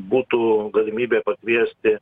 būtų galimybė pakviesti